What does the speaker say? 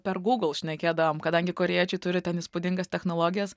per gūgl šnekėdavom kadangi korėjiečiai turi ten įspūdingas technologijas